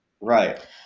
Right